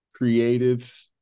creatives